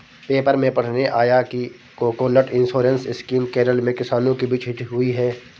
paper में पढ़ने आया कि कोकोनट इंश्योरेंस स्कीम केरल में किसानों के बीच हिट हुई है